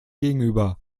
gegenüber